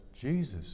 Jesus